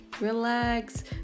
relax